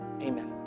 Amen